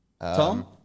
Tom